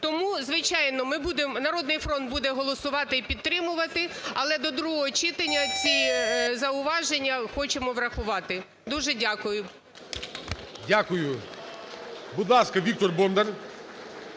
Тому звичайно "Народний фронт" буде голосувати і підтримувати, але до другого читання ці зауваження хочемо врахувати. Дуже дякую. ГОЛОВУЮЧИЙ. Дякую. Будь ласка, Віктор Бондар.